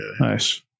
nice